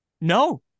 No